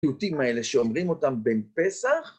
פיוטים האלה שאומרים אותם בפסח.